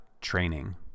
training